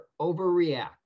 overreact